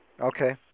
Okay